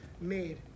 made